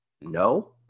no